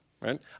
right